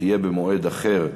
יהיו במועד אחר.